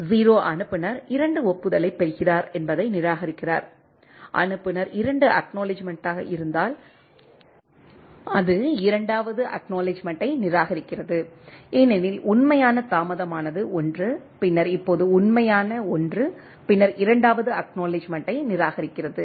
0 அனுப்புநர் 2 ஒப்புதலைப் பெறுகிறார் என்பதை நிராகரிக்கிறார் அனுப்புநர் 2 அக்நாலெட்ஜ்மென்ட்டாக இருந்தால் அது இரண்டாவது அக்நாலெட்ஜ்மென்ட்டை நிராகரிக்கிறது ஏனெனில் உண்மையான தாமதமானது 1 பின்னர் இப்போது உண்மையான 1 பின்னர் இரண்டாவது அக்நாலெட்ஜ்மென்ட்டை நிராகரிக்கிறது